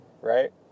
right